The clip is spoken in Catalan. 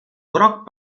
groc